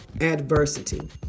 adversity